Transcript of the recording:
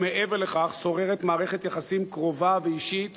ומעבר לכך, שוררת מערכת יחסים קרובה ואישית,